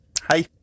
hi